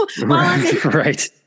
right